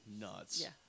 nuts